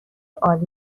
عالی